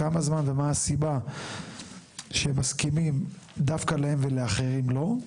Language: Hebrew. לכמה זמן ומה הסיבה שהם מסכימים דווקא להם ולאחרים לא.